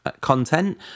content